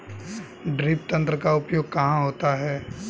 Drip तंत्र का उपयोग कहाँ होता है?